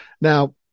Now